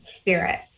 spirit